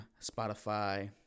Spotify